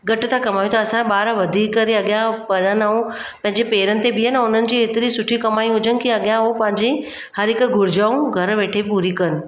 घटि त कमायूं त असांजा ॿार वधीक करे अॻियां पढ़ण ऐं पंहिंजे पेरनि ते बीहनि ऐं उन्हनि जी हेतिरी सुठी कमाई हुजनि की अॻियां उहो पंहिंजी हर हिकु घुर्जु ऐं घरु वेठे पूरी कनि